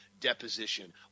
deposition